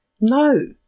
No